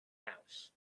house